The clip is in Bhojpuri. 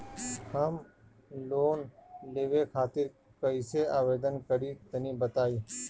हम लोन लेवे खातिर कइसे आवेदन करी तनि बताईं?